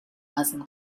muslim